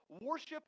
worship